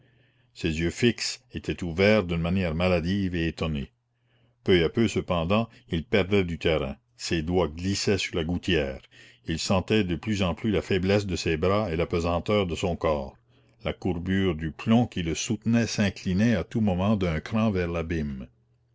ses yeux fixes étaient ouverts d'une manière maladive et étonnée peu à peu cependant il perdait du terrain ses doigts glissaient sur la gouttière il sentait de plus en plus la faiblesse de ses bras et la pesanteur de son corps la courbure du plomb qui le soutenait s'inclinait à tout moment d'un cran vers l'abîme